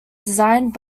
designed